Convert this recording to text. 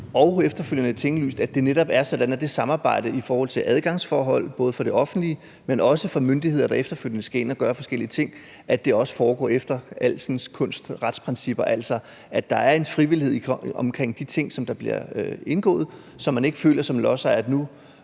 og efterfølgende tinglyst, at samarbejdet i forhold til adgangsforhold både for det offentlige, men også for myndigheder, der efterfølgende skal ind og gøre forskellige ting, også foregår efter alskens retsprincipper, altså at der er en frivillighed omkring de ting, som der bliver indgået, så man ikke føler som lodsejer, at nu